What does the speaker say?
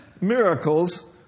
miracles